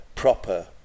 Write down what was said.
proper